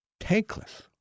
tankless